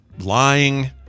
lying